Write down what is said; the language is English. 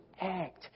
act